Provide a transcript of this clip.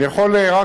אני יכול רק,